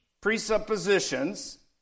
presuppositions